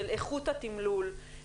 של איכות התמלול,